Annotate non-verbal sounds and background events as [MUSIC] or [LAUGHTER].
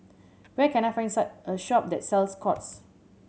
where can I find [UNINTELLIGIBLE] a shop that sells Scott's